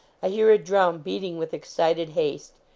i hear a drum beating with excited haste.